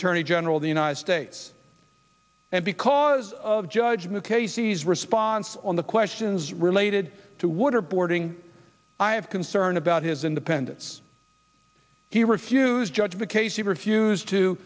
attorney general of the united states and because of judgment casey's response on the questions related to waterboarding i have concern about his independence he refused judge the case he refused to